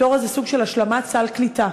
בתור סוג של השלמת סל קליטה.